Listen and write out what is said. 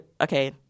okay